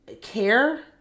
care